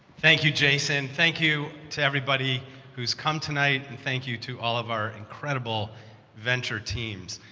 thank you, jason. thank you to everybody who's come tonight, and thank you to all of our incredible venture teams.